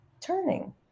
turning